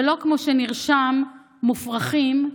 ולא כמו שנרשם: מופרחים,